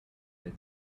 but